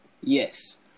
Yes